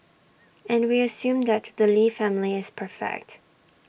and we assume that the lee family is perfect